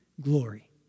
glory